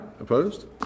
Opposed